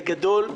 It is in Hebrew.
בגדול,